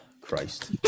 Christ